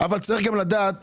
אבל, צריך גם לדעת